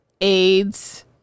AIDS